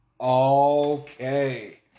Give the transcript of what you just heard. Okay